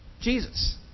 Jesus